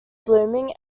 blooming